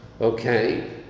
Okay